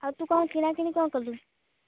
ଆଉ ତୁ କ'ଣ କିଣାକିଣି କ'ଣ କଲୁ